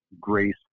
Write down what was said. grace